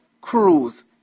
Cruise